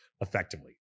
effectively